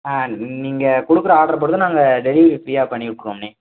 ஆ நீங்கள் கொடுக்கற ஆர்ட்ரை பொறுத்து நாங்கள் டெலிவரி ஃப்ரீயாக பண்ணிவிட்டுருவோம்ணே